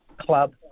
club